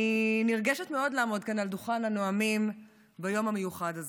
אני נרגשת מאוד לעמוד כאן על דוכן הנואמים ביום המיוחד הזה.